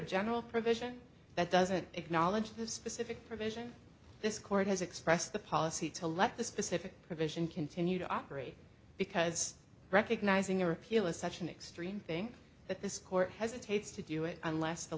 general provision that doesn't acknowledge the specific provision this court has expressed the policy to let the specific provision continue to operate because recognizing a repeal is such an extreme thing that this court hesitates to do it unless the